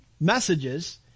messages